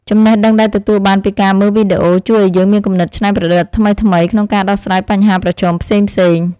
ចំណេះដឹងដែលទទួលបានពីការមើលវីដេអូជួយឱ្យយើងមានគំនិតច្នៃប្រឌិតថ្មីៗក្នុងការដោះស្រាយបញ្ហាប្រឈមផ្សេងៗ។